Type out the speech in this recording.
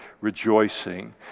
rejoicing